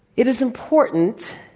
it is important